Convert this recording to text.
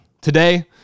Today